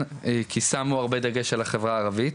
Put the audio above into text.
כי שמו הרבה דגש על החברה הערבית.